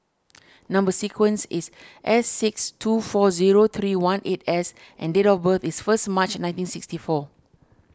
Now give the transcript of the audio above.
Number Sequence is S six two four zero three one eight S and date of birth is first March nineteen sixty four